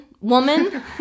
woman